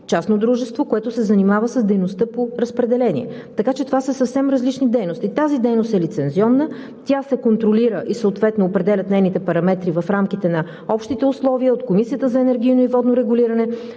частно дружество, което се занимава с дейността по разпределение, така че това са съвсем различни дейности. Тази дейност е лицензионна, тя се контролира и съответно нейните параметри се определят в рамките на общите условия от Комисията за енергийно и водно регулиране,